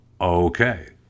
okay